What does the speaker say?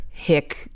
hick